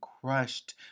crushed